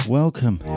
welcome